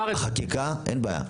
חקיקה, אין בעיה.